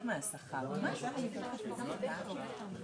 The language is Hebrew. אנשים שבקושי סוגרים את החודש,